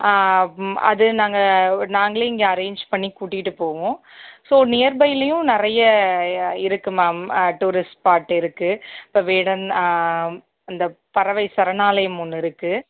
அது நாங்கள் நாங்களே இங்கே அரேஞ் பண்ணி கூட்டிகிட்டு போவோம் ஸோ நியர் பைலேயும் நிறைய இருக்குது மேம் டூரிஸ்ட் ஸ்பாட் இருக்குது இப்போ வேடன் அந்த பறவை சரணாலயம் ஒன்று இருக்குது